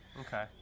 Okay